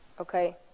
okay